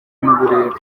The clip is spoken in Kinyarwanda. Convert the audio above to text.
n’uburetwa